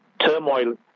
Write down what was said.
turmoil